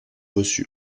reçu